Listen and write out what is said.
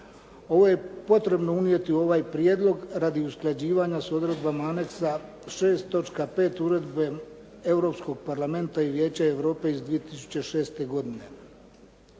Ovo je potrebno unijeti u ovaj prijedlog radi usklađivanja sa odredbama aneksa 6. točka 5. uredbe Europskog Parlamenta i Vijeća Europe iz 2006. godine,